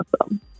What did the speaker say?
Awesome